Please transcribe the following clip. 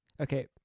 Okay